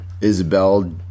Isabel